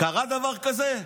קרה דבר כזה?